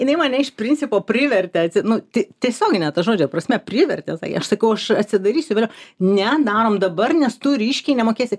jinai mane iš principo privertė atsi nu ti tiesiogine to žodžio prasme privertė sakė aš sakau aš atsidarysiu vėliau ne darom dabar nes tu ryškiai nemokėsi